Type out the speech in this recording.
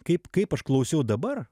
kaip kaip aš klausiau dabar